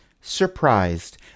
surprised